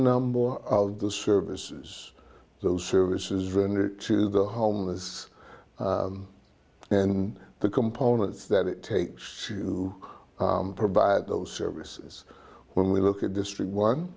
number of the services those services rendered to the homeless and the components that it takes to provide those services when we look at district one